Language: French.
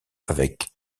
avec